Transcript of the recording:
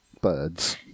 birds